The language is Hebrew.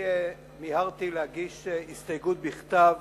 מיהרתי להגיש הסתייגות בכתב